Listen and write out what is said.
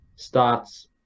starts